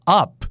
up